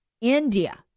India